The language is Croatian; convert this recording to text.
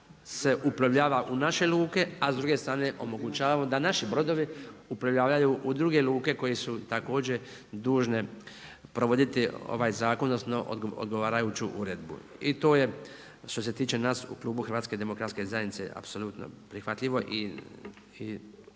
se uplovljava u naše luke, a s druge strane omogućavamo da naši brodovi uplovljavaju u druge luke koje su također dužne provoditi ovaj zakon, odnosno odgovarajuću uredbu. I to je što se tiče nas u klubu Hrvatske demokratske zajednice apsolutno prihvatljivo i